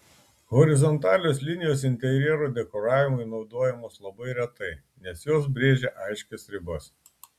horizontalios linijos interjero dekoravimui naudojamos labai retai nes jos brėžia aiškias ribas